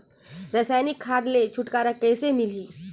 रसायनिक खाद ले छुटकारा कइसे मिलही?